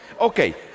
Okay